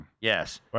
yes